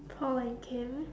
paul and kim